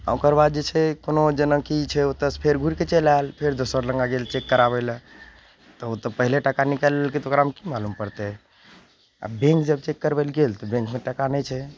आओर ओकर बाद जे छै कोनो जेनाकि छै ओतसँ फेर घुरिके चलि आयल फेर दोसर लग गेल चेक कराबय लए तऽ ओतऽ पहिले टाका निकालि लेलकइ तऽ ओकरामे की मालूम पड़तय आओर बैंक जब चेक करबेलकै तऽ बैंकमे टाका नहि छै